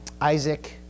Isaac